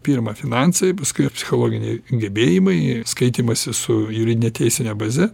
pirma finansai paskui psichologiniai gebėjimai skaitymąsi su jūrine teisine baze